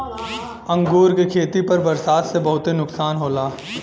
अंगूर के खेती पर बरसात से बहुते नुकसान होला